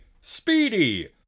Speedy